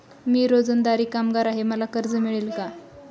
मी रोजंदारी कामगार आहे मला कर्ज मिळेल का?